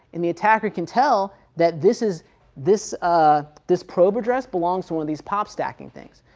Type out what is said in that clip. and the attacker can tell that this is this ah this probe address belong to one of these pop stacking things,